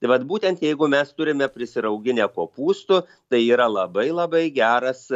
tai vat būtent jeigu mes turime prisiauginę kopūstų tai yra labai labai geras